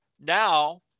now